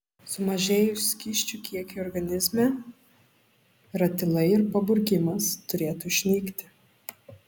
sumažėjus skysčių kiekiui organizme ratilai ir paburkimas turėtų išnykti